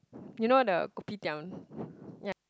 you know the kopitiam yeah